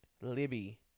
Libby